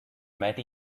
met